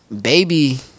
Baby